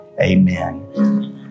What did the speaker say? amen